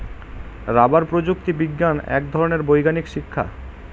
rubber প্রযুক্তি বিজ্ঞান এক ধরনের বৈজ্ঞানিক শিক্ষা